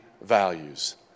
values